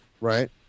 Right